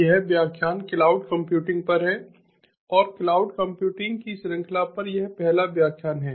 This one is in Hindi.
यह व्याख्यान क्लाउड कम्प्यूटिंग पर है और क्लाउड कंप्यूटिंग की श्रृंखला पर यह पहला व्याख्यान है